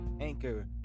anchor